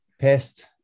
pest